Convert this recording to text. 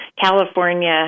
California